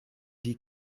die